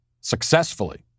successfully